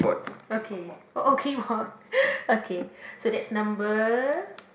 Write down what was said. okay oh okay okay so that's number